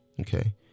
okay